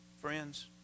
Friends